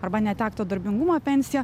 arba netekto darbingumo pensija